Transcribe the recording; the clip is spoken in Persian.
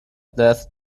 دست